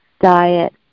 diet